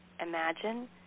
Imagine